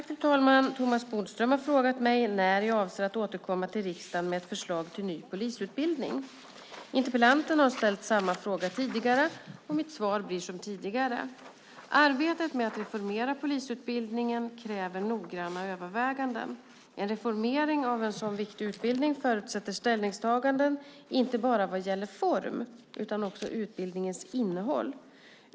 Fru talman! Thomas Bodström har frågat mig när jag avser att återkomma till riksdagen med ett förslag till ny polisutbildning. Interpellanten har ställt samma fråga tidigare, och mitt svar blir som tidigare. Arbetet med att reformera polisutbildningen kräver noggranna överväganden. En reformering av en sådan viktig utbildning förutsätter ställningstaganden inte bara vad gäller form utan också utbildningens innehåll.